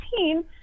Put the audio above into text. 18